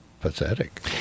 pathetic